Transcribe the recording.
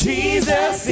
Jesus